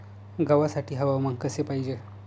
गव्हासाठी हवामान कसे पाहिजे?